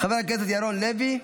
חבר הכנסת ירון לוי,